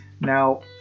Now